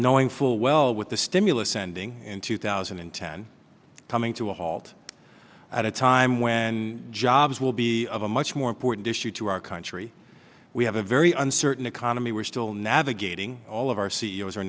knowing full well with the stimulus sending in two thousand and ten coming to a halt at a time when jobs will be a much more important issue to our country we have a very uncertain economy we're still navigating all of our c e o s are